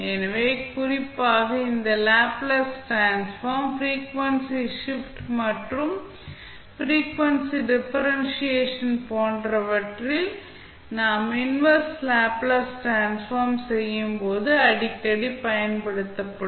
எனவே குறிப்பாக இந்த லாப்லேஸ் டிரான்ஸ்ஃபார்ம் ஃப்ரீக்வன்சி ஷிப்ட் மற்றும் ஃப்ரீக்வன்சி டிஃபரென்ஷியேஷன் போன்றவற்றில் நாம் இன்வெர்ஸ் லேப்ளேஸ் டிரான்ஸ்ஃபார்ம் செய்யும் போது அடிக்கடி பயன்படுத்தப்படும்